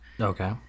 Okay